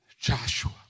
Joshua